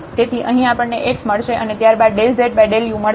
તેથી અહીં આપણને x મળશે અને ત્યાર બાદ ∂z∂u મળશે